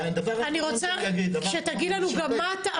והדבר האחרון שאני אגיד --- אני רוצה שתגיד לנו גם מה אתה,